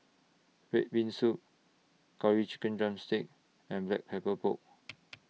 Red Bean Soup Curry Chicken Drumstick and Black Pepper Pork